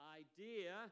idea